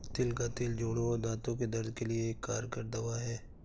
तिल का तेल जोड़ों और दांतो के दर्द के लिए एक कारगर दवा है